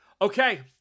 Okay